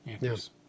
Yes